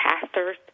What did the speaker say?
pastors